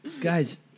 Guys